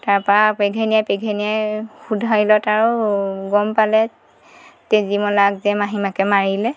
তাৰপা পেঘেনীয়াই পেঘেনীয়াই সোধাইলত আৰু গ'ম পালে তেজীমলাক যে মাহীমাকে মাৰিলে